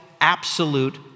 absolute